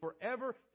forever